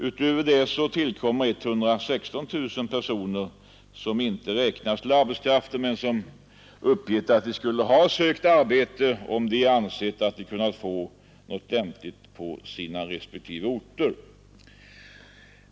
Utöver det tillkommer 116 000 personer, som inte räknas till arbetskraften men som uppgett att de skulle ha sökt arbete, om de ansett att de kunnat få något lämpligt sådant på sin ort.